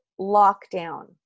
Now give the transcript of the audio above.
lockdown